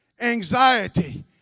anxiety